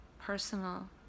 personal